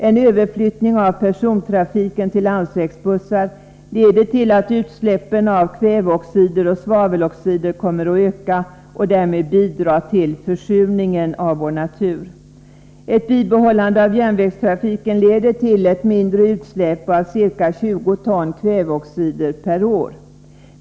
En överflyttning av persontrafiken till landsvägsbussar leder till att utsläppen av kväveoxider och svaveloxider kommer att öka och därmed bidra till försurningen av vår natur. Ett bibehållande av järnvägstrafiken leder till ett mindre utsläpp på ca 20 ton kväveoxider per år.